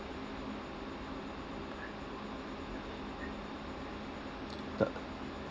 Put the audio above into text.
the